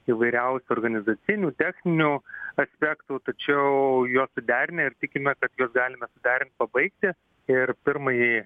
įvairiausių organizacinių techninių aspektų tačiau juos suderinę ir tikime kad juos galime suderint pabaigti ir pirmąjį